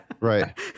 Right